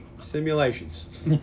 simulations